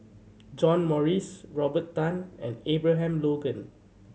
John Morrice Robert Tan and Abraham Logan